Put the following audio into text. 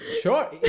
Sure